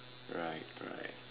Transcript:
right right